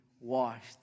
washed